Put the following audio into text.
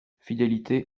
fidélité